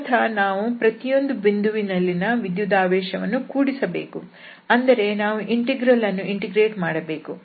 ಮೂಲತಃ ನಾವು ಪ್ರತಿಯೊಂದು ಬಿಂದುವಿನಲ್ಲಿನ ವಿದ್ಯುದಾವೇಶವನ್ನು ಕೂಡಿಸಬೇಕು ಅಂದರೆ ನಾವು ಈ ಇಂಟೆಗ್ರಲ್ ಅನ್ನು ಇಂಟಿಗ್ರೇಟ್ ಮಾಡಬೇಕು